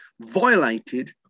violated